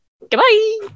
Goodbye